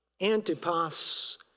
Antipas